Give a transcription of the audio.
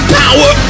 power